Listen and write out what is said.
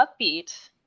upbeat